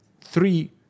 three